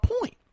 point